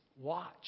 watch